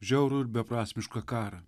žiaurų ir beprasmišką karą